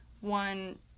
one